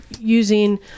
using